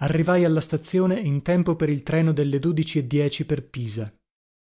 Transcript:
rrivai alla stazione in tempo per il treno delle dodici e dieci per pisa